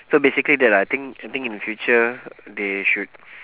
so basically that lah I think I think in the future they should